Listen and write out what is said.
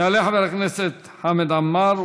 יעלה חבר הכנסת חמד עמאר,